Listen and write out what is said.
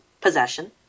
possession